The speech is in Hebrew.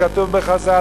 כתוב בחז"ל,